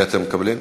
אתם מקבלים?